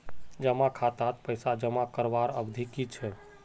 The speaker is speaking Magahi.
जमा खातात पैसा जमा करवार अवधि की छे?